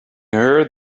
heard